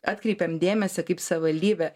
atkreipiam dėmesį kaip savivaldybė